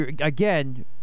Again